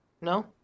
No